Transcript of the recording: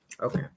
Okay